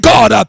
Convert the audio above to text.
God